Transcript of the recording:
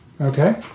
Okay